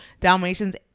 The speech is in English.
Dalmatians